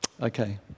Okay